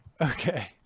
Okay